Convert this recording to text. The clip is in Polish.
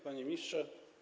Panie Ministrze!